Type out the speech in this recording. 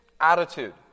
attitude